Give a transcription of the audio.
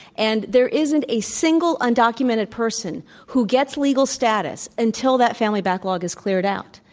and there isn't a single undocumented person who gets legal status until that family backlog is cleared out.